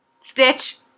Stitch